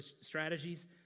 strategies